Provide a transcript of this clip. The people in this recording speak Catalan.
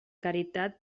caritat